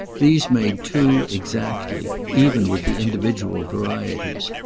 these made two exactly, even with the individual varieties.